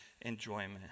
enjoyment